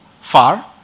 far